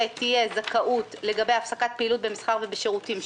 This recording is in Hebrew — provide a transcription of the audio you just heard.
תהיה זכאות לגבי הפסקת פעילות במסחר ובשירותים,